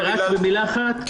רק במילה אחת,